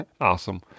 Awesome